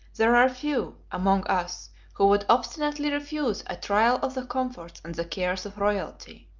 there are few among us who would obstinately refuse a trial of the comforts and the cares of royalty.